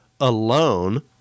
alone